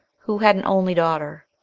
who had an only daughter.